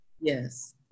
Yes